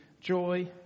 joy